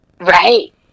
Right